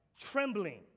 trembling